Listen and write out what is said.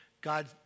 God